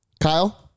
Kyle